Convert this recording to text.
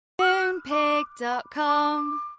Moonpig.com